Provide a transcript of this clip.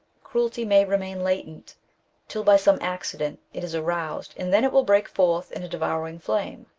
cruelty may remain latent till, by some accident, it is aroused, and then it will break forth in a devouring flame.